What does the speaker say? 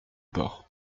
port